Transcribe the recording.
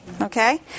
Okay